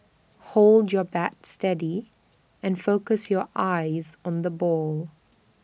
hold your bat steady and focus your eyes on the ball